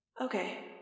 Okay